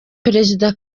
perezida